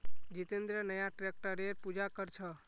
जितेंद्र नया ट्रैक्टरेर पूजा कर छ